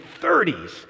30s